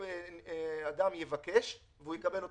אדם יבקש והוא יקבל אוטומטית.